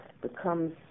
becomes